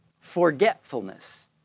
forgetfulness